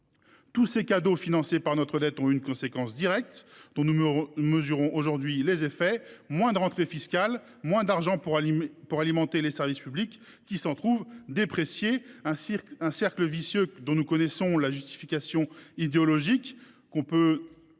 Tous ces cadeaux financés par celle ci ont eu une conséquence directe dont nous mesurons aujourd’hui les effets : moins de rentrées fiscales, moins d’argent pour alimenter des services publics qui s’en trouvent dépréciés. On ne peut y voir qu’un cercle vicieux dont nous connaissons la justification idéologique : affamer